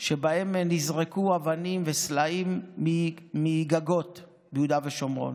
שבהם נזרקו אבנים וסלעים מגגות ביהודה ושומרון.